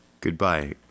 Goodbye